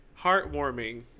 heartwarming